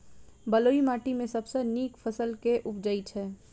बलुई माटि मे सबसँ नीक फसल केँ उबजई छै?